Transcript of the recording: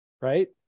right